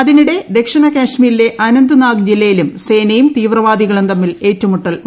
അതിനിടെ ദക്ഷിണ കാശ്മീരിലെ അനന്ത് നാഗ് ജില്ലയിലും സേനയും തീവ്രവാദികളും തമ്മിൽ ഏറ്റുമുട്ടൽ ഉണ്ടായി